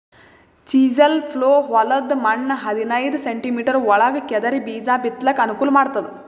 chisel plough ಹೊಲದ್ದ್ ಮಣ್ಣ್ ಹದನೈದ್ ಸೆಂಟಿಮೀಟರ್ ಒಳಗ್ ಕೆದರಿ ಬೀಜಾ ಬಿತ್ತಲಕ್ ಅನುಕೂಲ್ ಮಾಡ್ತದ್